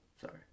Sorry